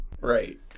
Right